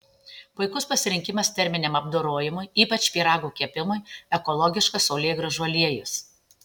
puikus pasirinkimas terminiam apdorojimui ypač pyragų kepimui ekologiškas saulėgrąžų aliejus